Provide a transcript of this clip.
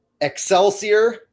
Excelsior